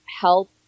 help